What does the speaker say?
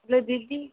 hello ਦੀਦੀ